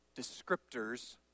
descriptors